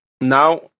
now